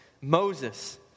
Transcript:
Moses